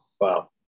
Wow